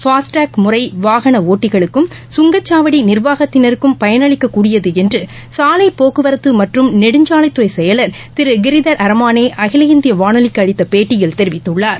FASTag முறைவாகனஒட்டிகுளுக்கும் சுங்கச்சாவடிநிர்வாகத்தினருக்கும் பயன் அளிக்கக்கூடியதுஎன்றுசாலைபோக்குவரத்தமற்றும் நெடுஞ்சாலைத்துறைசெயலர் திருகிரிதர் அரமானேஅகில இந்தியவானொலிக்குஅளித்தபேட்டியில் தெரிவித்துள்ளார்